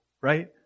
right